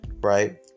right